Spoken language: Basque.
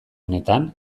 honetan